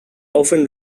often